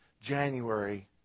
January